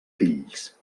fills